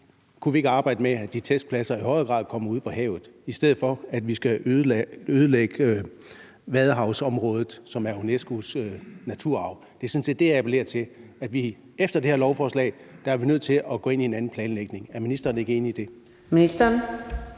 kunne arbejde med, at de testpladser i højere grad kommer ud på havet, i stedet for at vi skal ødelægge vadehavsområdet, som er UNESCO-verdensarv. Det er sådan set det, jeg appellerer til. Efter det her lovforslag er vi nødt til at gå ind i en anden planlægning. Er ministeren ikke enig i det? Kl.